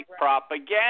propaganda